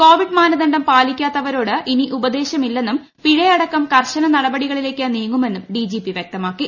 Covid മാനദണ്ഡം പാലിക്കാത്തവരോട് ഇനി ഉപദേശമില്ലെന്നും പിഴ അടക്കം കർശന നടപടികളിലേക്ക് നീങ്ങുമെന്നും ഡിജിപി വൃക്തമാക്കി